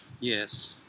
Yes